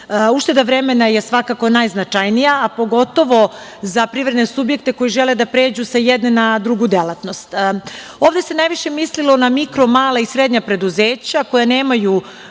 Ušteda vremena je svakako najznačajnija, a pogotovo za privredne subjekte koji žele da pređu sa jedne na drugu delatnost. Ovde se najviše mislilo na mikro, mala i srednja preduzeća koja nemaju